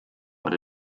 but